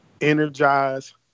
energize